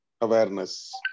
awareness